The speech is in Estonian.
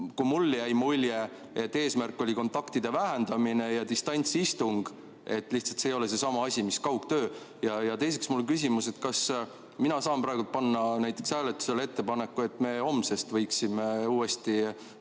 mulle jäi mulje, et eesmärk oli kontaktide vähendamine ja distantsistung. Aga see ei ole ju seesama asi mis kaugtöö. Teiseks, mul on küsimus, kas mina saan praegu panna hääletusele ettepaneku, et me homsest võiksime uuesti